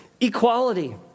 equality